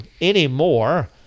Anymore